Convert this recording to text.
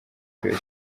birori